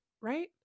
right